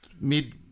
mid